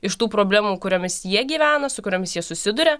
iš tų problemų kuriomis jie gyvena su kuriomis jie susiduria